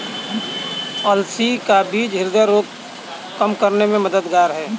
अलसी का बीज ह्रदय रोग कम करने में मददगार है